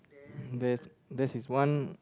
there's that's is one